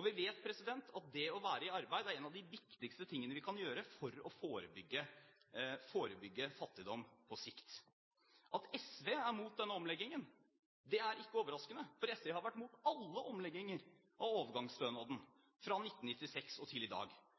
Vi vet at det å være i arbeid er noe av det viktigste vi kan gjøre for å forebygge fattigdom på sikt. At SV er imot denne omleggingen, er ikke overraskende, for SV har vært imot alle omlegginger av overgangsstønaden fra 1996 og til i dag.